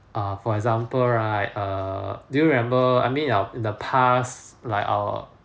err for example right err do you remember I mean our in the past like our